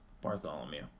Bartholomew